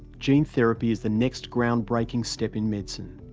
gene therapy is the next ground-breaking step in medicine.